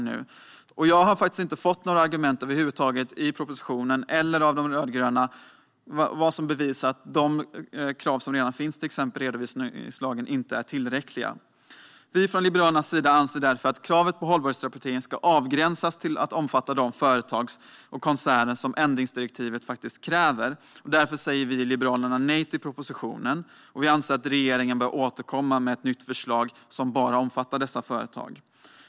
Det har över huvud taget inte framförts några argument i propositionen eller från de rödgröna om vad det är som bevisar att de krav som redan finns inte är tillräckliga. Vi från Liberalerna anser därför att kravet på hållbarhetsrapportering ska avgränsas till att omfatta de företag och koncerner som ändringsdirektivet kräver. Därför säger vi i Liberalerna nej till propositionen. Vi anser att regeringen bör återkomma till riksdagen med ett nytt förslag som bara omfattar dessa företag.